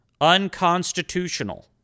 Unconstitutional